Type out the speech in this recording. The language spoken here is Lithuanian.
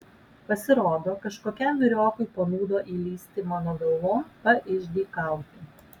pasirodo kažkokiam vyriokui panūdo įlįsti mano galvon paišdykauti